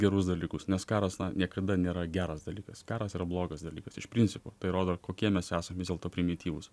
gerus dalykus nes karas niekada nėra geras dalykas karas yra blogas dalykas iš principo tai rodo kokie mes esam vis dėlto primityvūs